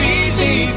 easy